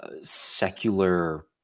Secular